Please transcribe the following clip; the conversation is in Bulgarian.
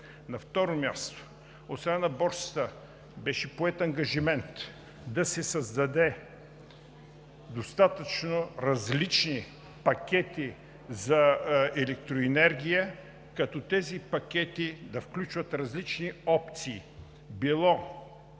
На второ място, освен на Борсата, беше поет ангажимент да се създадат достатъчно различни пакети за електроенергия, като те включват различни опции – било